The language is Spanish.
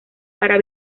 para